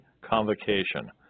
convocation